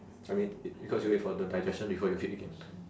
I mean because you wait for the digestion before you feed again